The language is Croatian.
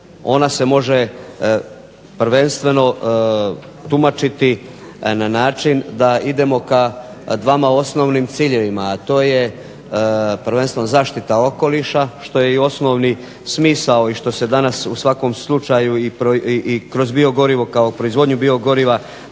Ona se može prvenstveno tumačiti na način da idemo ka dvama osnovnim ciljevima, a to je prvenstveno zaštita okoliša, što je i osnovni smisao i što se danas u svakom slučaju i kroz biogorivo kao proizvodnju biogoriva